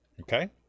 Okay